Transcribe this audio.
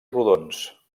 rodons